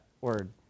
word